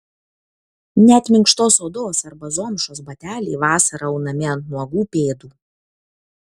net minkštos odos arba zomšos bateliai vasarą aunami ant nuogų pėdų